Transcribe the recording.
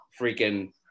freaking